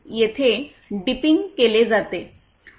तेथे डिपिंग केले जाते